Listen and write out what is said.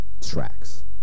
tracks